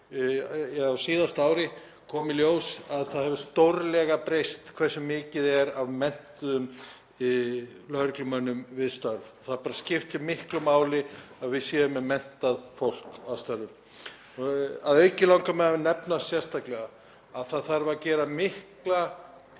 á síðasta ári kom í ljós að það hefur stórlega breyst hversu mikið er af menntuðum lögreglumönnum við störf. Það skiptir miklu máli að við séum með menntað fólk að störfum. Að auki langar mig að nefna sérstaklega að það þarf hreinlega